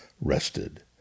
rested